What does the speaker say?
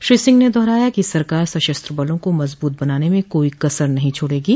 श्री सिंह ने दोहराया कि सरकार सशस्त्र बलों को मजबूत बनाने में कोई कसर नहीं छोड़ेगो